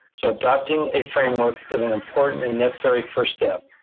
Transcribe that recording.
so adopting a framework is an important and necessary first step.